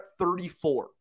34